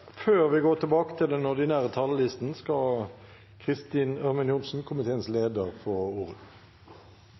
Før vi går tilbake til den ordinære talerlisten, skal komiteens leder, Kristin Ørmen Johnsen, få ordet.